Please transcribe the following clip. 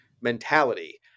mentality